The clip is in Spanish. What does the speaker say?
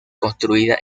construida